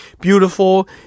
beautiful